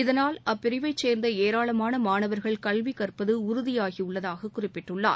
இதனால் அப்பிரிவைச் சேர்ந்த ஏராளமான மாணவர்கள் கல்வி கற்பது உறுதியாகியுள்ளதாக குறிப்பிட்டுள்ளார்